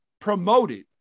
promoted